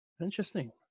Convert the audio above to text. Interesting